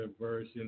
version